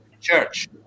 church